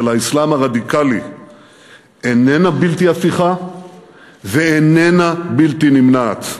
האסלאם הרדיקלי איננה בלתי הפיכה ואיננה בלתי נמנעת.